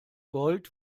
gold